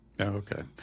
Okay